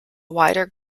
wider